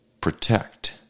protect